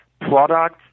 products